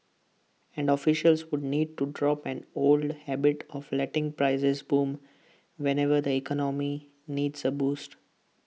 and officials would need to drop an old habit of letting prices boom whenever the economy needs A boost